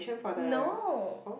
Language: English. no